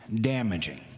damaging